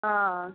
हाँ